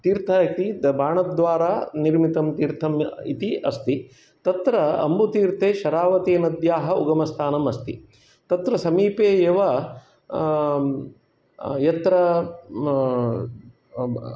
तीर्थः इति बाणद्वारा निर्मितं तीर्थम् इति अस्ति तत्र अम्बुतीर्थे शरावति नद्याः उगमस्थानम् अस्ति तत्र समीपे एव यत्र